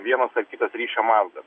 vienas ar kitas ryšio mazgas